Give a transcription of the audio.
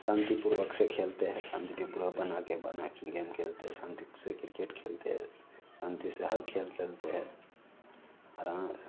शान्तिपूर्वक से खेलते हैं शान्तिपूर्वक बनाकर बनाकर गेम खेलते है शान्ति से क्रिकेट खेलते है शान्ति से हर खेल खेलते है आराम से